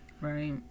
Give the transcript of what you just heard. right